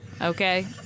okay